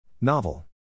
Novel